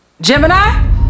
Gemini